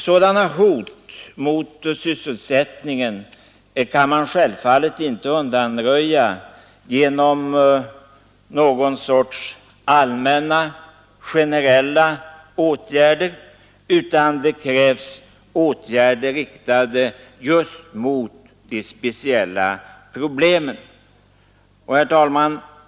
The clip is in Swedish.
Sådana hot mot sysselsättningen kan man inte undanröja genom någon sorts allmänna och generella åtgärder, utan det fordras åtgärder riktade just mot det speciella problemet.